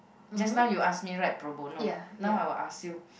just now you asked me right pro bono now I will ask you